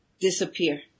disappear